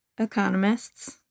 Economists